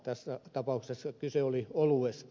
tässä tapauksessa kyse oli oluesta